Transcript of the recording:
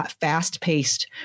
fast-paced